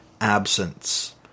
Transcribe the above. absence